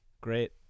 Great